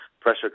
Pressure